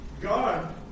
God